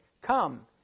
Come